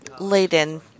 laden